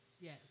Yes